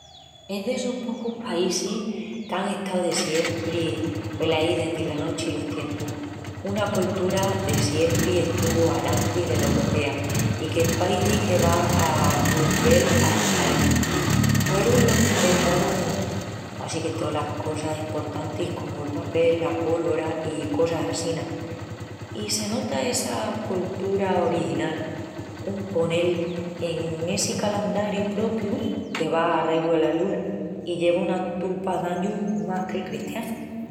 Es d'essus pocus paísis qu’án estau de siempri velaí dendi la nochi los tiempus. Una coltura que de siempri estuvu alantri dela uropea i que paici que vá a golvel a está-lu. Huerun los qu'enventarun quasi que tolas cosas emportantis comu'l papel, la pólvora i cosas assina. I se nota essa coltura original, un ponel, en essi calandariu propiu, que vá arreglu ala luna, i lleva una tupa d'añus más que'l cristianu.